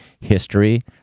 history